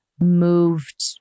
moved